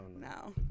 No